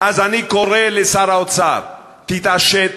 אז אני קורא לשר האוצר: תתעשת.